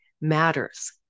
matters